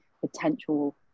potential